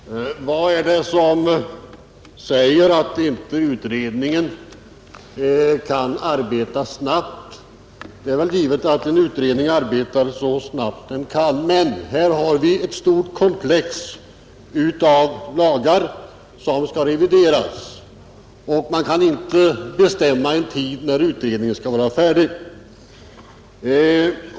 Herr talman! Vad är det som säger att inte utredningen kan arbeta snabbt? Det är givet att en utredning arbetar så snabbt den kan, men här har vi ett stort komplex av lagar som skall revideras, och man kan inte bara bestämma en tid när utredningen skall vara färdig.